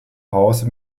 hause